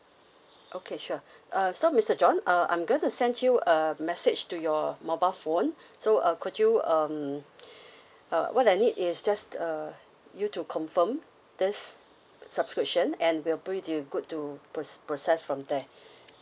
okay sure uh so mister john uh I'm going to send you a message to your mobile phone so uh could you um uh what I need is just uh you to confirm this subscription and we're pretty good to pro~ process from there